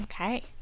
Okay